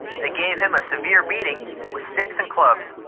they gave him a severe beating with sticks and clubs.